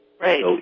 Right